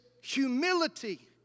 humility